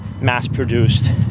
mass-produced